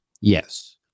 yes